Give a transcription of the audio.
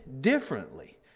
differently